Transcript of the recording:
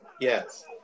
Yes